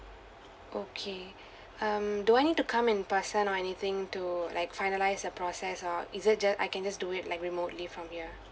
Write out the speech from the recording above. okay um do I need to come in person or anything to like finalize the process or is it ju~ I can just do it like remotely from here